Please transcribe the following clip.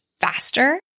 faster